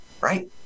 right